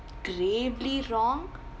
gravely wrong